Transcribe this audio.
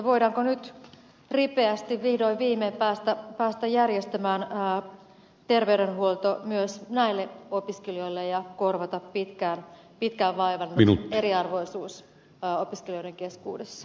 voidaanko nyt ripeästi vihdoin viimein päästä järjestämään terveydenhuolto myös näille opiskelijoille ja korvata pitkään vaivannut eriarvoisuus opiskelijoiden keskuudessa